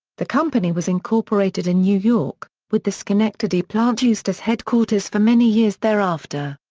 the company was incorporated in new york, with the schenectady plant used as headquarters for many years thereafter.